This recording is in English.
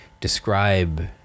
describe